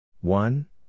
One